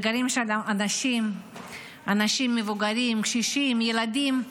וגרים שם אנשים מבוגרים, קשישים, ילדים.